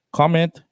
comment